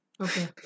Okay